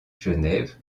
genève